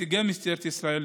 נציגי משטרת ישראל,